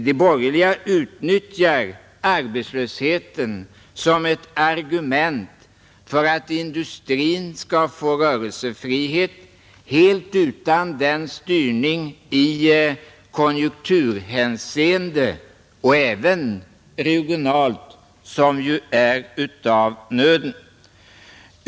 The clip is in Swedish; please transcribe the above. De borgerliga utnyttjar arbetslösheten som ett argument för att industrin skall få rörelsefrihet helt utan den styrning i konjunkturhänseende — och även regionalt — som är av nöden.